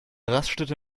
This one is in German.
raststätte